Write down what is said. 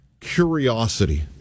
curiosity